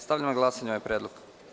Stavljam na glasanje ovaj predlog.